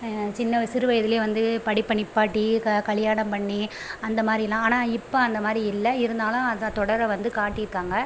சின்ன வய சிறு வயதிலே வந்து படிப்ப நிற்பாட்டி க கல்யாணம் பண்ணி அந்த மாதிரியெல்லாம் ஆனால் இப்போ அந்த மாதிரி இல்லை இருந்தாலும் அந்த தொடரை வந்து காட்டியிருக்காங்க